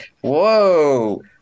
whoa